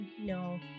no